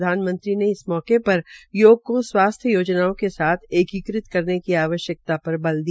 प्रधानमंत्री ने इस मौके पर योग स्वास्थ्य योजनाओं के साथ एकीकृत करने की आवश्यक्ता पर बल दिया